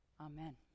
Amen